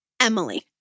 Emily